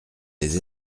des